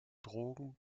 drogen